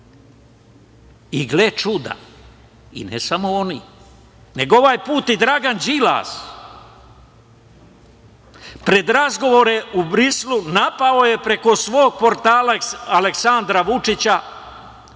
gle čuda, i ne samo oni, nego ovaj put i Dragan Đilas, pred razgovore u Briselu napao je preko svog portala Aleksandra Vučića